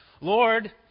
Lord